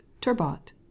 Turbot